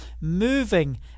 moving